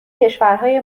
کشورهای